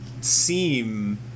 seem